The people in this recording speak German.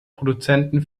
produzenten